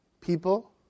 people